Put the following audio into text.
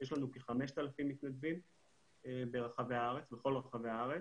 יש לנו כ-5,000 מתנדבים בכל רחבי הארץ.